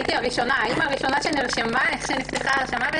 הייתי האימא הראשונה שנרשמה מייד כשנפתחה ההרשמה,